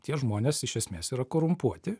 tie žmonės iš esmės yra korumpuoti